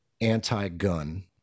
anti-gun